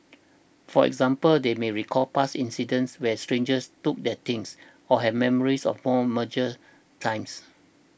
for example they may recall past incidents where strangers took their things or have memories of more meagre times